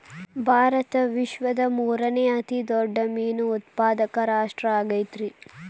ಭಾರತ ವಿಶ್ವದ ಮೂರನೇ ಅತಿ ದೊಡ್ಡ ಮೇನು ಉತ್ಪಾದಕ ರಾಷ್ಟ್ರ ಆಗೈತ್ರಿ